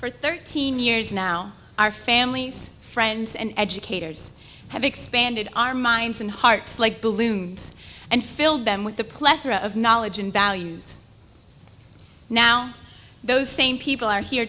for thirteen years now our families friends and educators have expanded our minds and hearts like blue moons and filled them with the plethora of knowledge and values now those same people are here